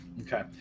okay